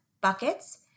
buckets